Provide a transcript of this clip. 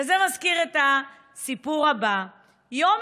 וזה מזכיר את הסיפור הבא: יום